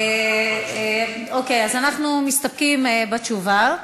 אז אנחנו מסתפקים בתשובה,